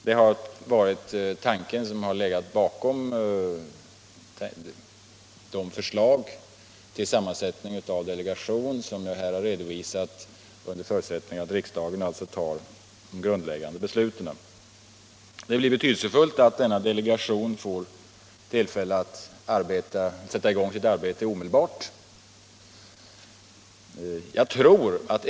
Det har också varit tanken bakom det förslag till sammansättning av delegationen som jag här redovisat. Det blir betydelsefullt att denna delegation får tillfälle att sätta i gång sitt arbete omedelbart.